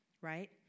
right